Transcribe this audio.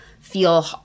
feel